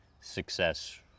success